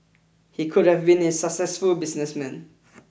he could have been a successful businessman